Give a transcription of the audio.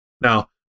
Now